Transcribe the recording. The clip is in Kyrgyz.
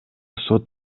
сот